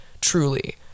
truly